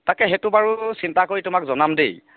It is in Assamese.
তাকে সেইটো বাৰু চিন্তা কৰি তোমাক জনাম দেই